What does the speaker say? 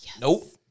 Nope